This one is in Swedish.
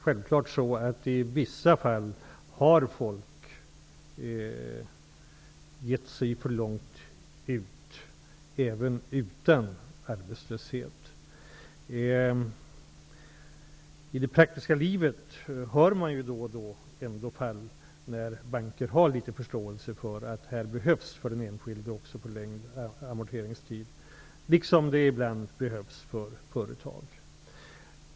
Självfallet har folk i vissa fall gått för långt även om det inte är fråga om arbetslöshet. I det praktiska livet hör man ändå då och då om fall där banker har visat litet förståelse för att den enskilde behöver litet längre amorteringstid, liksom företag behöver ibland.